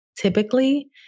typically